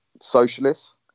socialists